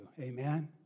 Amen